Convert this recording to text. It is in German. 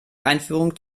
einführung